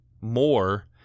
more